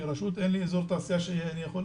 כרשות אין לי אזור תעשייה שמכניס לנו.